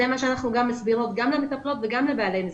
את זה אנחנו מסבירות גם למטפלות וגם לבעלי המסגרות.